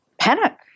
panic